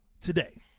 today